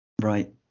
Right